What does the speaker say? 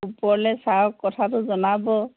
ওপৰৱালা চাৰক কথাটো জনাব